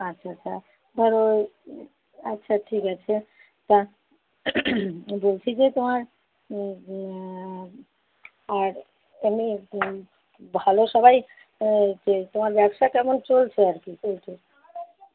আচ্ছা আচ্ছা ধরো আচ্ছা ঠিক আছে তা বলছি যে তোমার আর ভালো সবাই যে তোমার ব্যবসা কেমন চলছে আর কি পোলট্রির